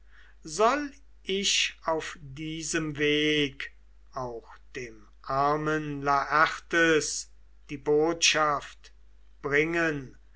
soll ich auf diesem weg auch dem armen laertes die botschaft bringen